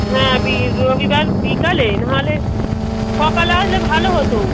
হ্যাঁ বি রবিবার বিকালে নাহলে সকালে আসলে ভালো হতো